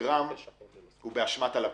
שנגרם הוא באשמת הלקוח,